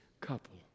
couple